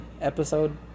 episode